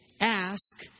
ask